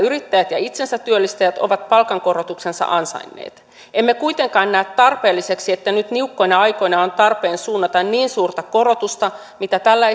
yrittäjät ja itsensätyöllistäjät ovat palkankorotuksensa ansainneet emme kuitenkaan näe tarpeelliseksi että nyt niukkoina aikoina on tarpeen suunnata niin suurta korotusta mitä tällä